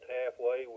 halfway